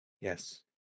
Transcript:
yes